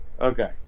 Okay